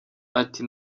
ati